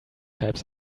types